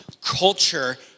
Culture